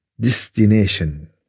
destination